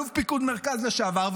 אלוף פיקוד המרכז לשעבר,